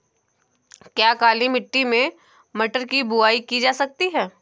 क्या काली मिट्टी में मटर की बुआई की जा सकती है?